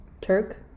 Turk